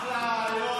אחלה רעיון.